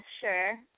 sure